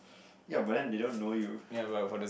ya but then they don't know you